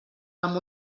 amb